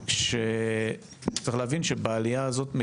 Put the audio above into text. שצריך להבין שבעלייה הזאת,